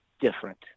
different